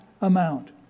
amount